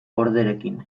orderekin